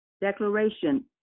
Declaration